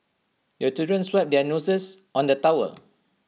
the childrens wipe their noses on the towel